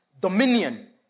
dominion